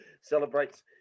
celebrates